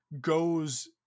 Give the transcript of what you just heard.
goes